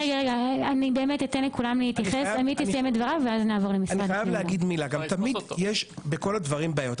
תמיד יש בכל הדברים בעיות,